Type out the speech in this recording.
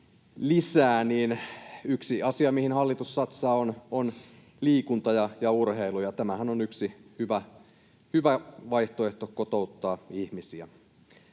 lisää, niin yksi asia, mihin hallitus satsaa, on liikunta ja urheilu, ja tämähän on yksi hyvä vaihtoehto kotouttaa ihmisiä.